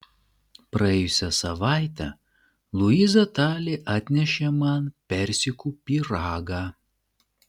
praėjusią savaitę luiza tali atnešė man persikų pyragą